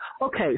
okay